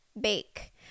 bake